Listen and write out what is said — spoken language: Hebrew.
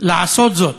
לעשות זאת,